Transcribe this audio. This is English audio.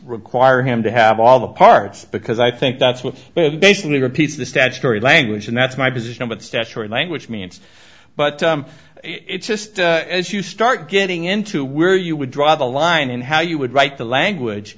require him to have all the parts because i think that's what's basically repeats the statutory language and that's my position but statutory language mean it's but it's just as you start getting into where you would draw the line in how you would write the language